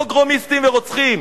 פוגרומיסטים ורוצחים,